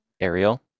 Ariel